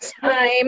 time